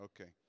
Okay